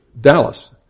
Dallas